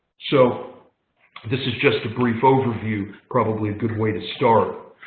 so this is just a brief overview. probably a good way to start.